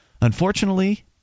Unfortunately